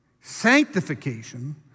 sanctification